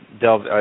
delve